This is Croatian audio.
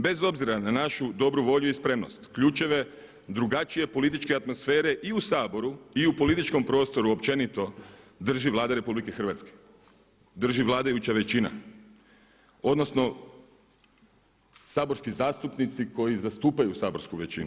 Bez obzira na našu dobru volju i spremnost, ključeve drugačije političke atmosfere i u Saboru i u političkom prostoru općenito drži Vlada RH, drži vladajuća većina odnosno saborski zastupnici koji zastupaju saborsku većinu.